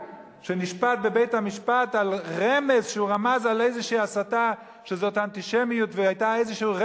שנשפט בבית-המשפט על רמז שהוא רמז על איזו הסתה,